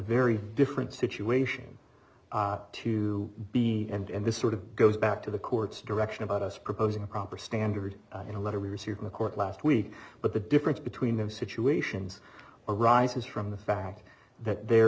very different situation to be and in this sort of goes back to the court's direction about us proposing a proper standard in a letter received mccourt last week but the difference between those situations arises from the fact that there